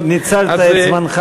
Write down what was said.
גם ניצלת את זמנך היטב.